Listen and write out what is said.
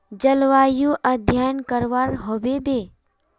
जलवायु अध्यन करवा होबे बे?